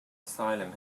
asylum